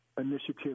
initiative